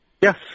Yes